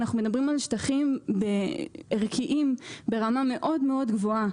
אנחנו מדברים על שטחים ערכיים ברמה גבוהה מאוד,